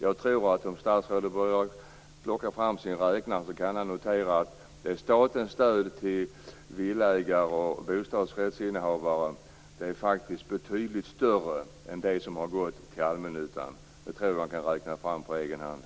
Jag tror att om statsrådet plockar fram sin räknare kan han notera att statens stöd till villaägare och bostadsrättsinnehavare faktiskt är betydligt större än det som har gått till allmännyttan. Det tror jag att han kan räkna fram på egen hand.